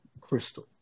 crystal